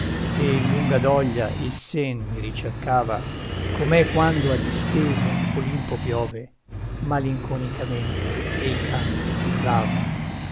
e lunga doglia il sen mi ricercava com'è quando a distesa olimpo piove malinconicamente e i campi lava